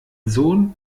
sohn